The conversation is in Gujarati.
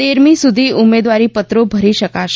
તેરમી સુધી ઉમેદવારીપત્રો ભરી શકાશે